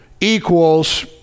equals